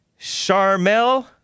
Charmel